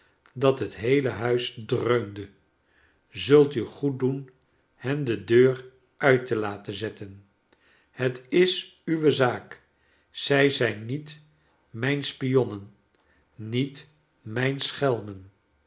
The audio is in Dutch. dat het heele huis dreunde zult u goed doen hen de deur uit te laten zetten het is uwe zaak zij zijn niet mijn spionnen niet m ij n schelmen